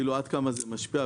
עד כמה זה משפיע.